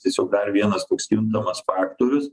tiesiog dar vienas koks kintamas faktorius